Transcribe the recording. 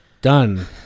done